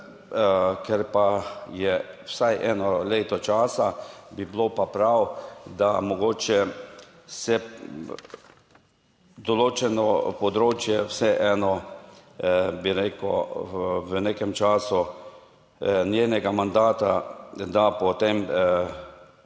ker pa je vsaj eno leto časa, bi bilo pa prav, da mogoče se določeno področje vseeno bi rekel v nekem času njenega mandata, da potem uspešno